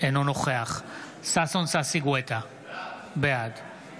אינו נוכח ששון ששי גואטה, בעד